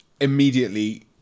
Immediately